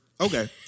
Okay